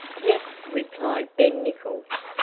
yep, replied ben nichols,